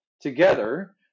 together